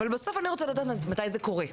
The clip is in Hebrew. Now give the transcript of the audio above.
אבל בסוף אני רוצה לדעת מתי זה קורה.